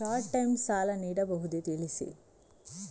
Short time ಸಾಲ ನೀಡಬಹುದೇ ತಿಳಿಸಿ?